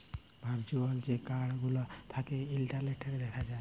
virtual যে card গুলা থ্যাকে ইলটারলেটে দ্যাখা যায়